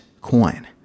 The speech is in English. coin